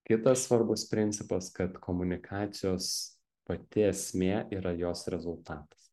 kitas svarbus principas kad komunikacijos pati esmė yra jos rezultatas